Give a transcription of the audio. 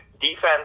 defense